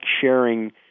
sharing